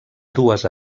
dues